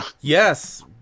Yes